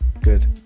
Good